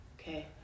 Okay